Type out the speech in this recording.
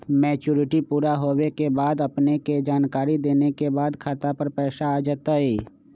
Maturity पुरा होवे के बाद अपने के जानकारी देने के बाद खाता पर पैसा आ जतई?